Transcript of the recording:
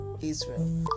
Israel